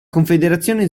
confederazione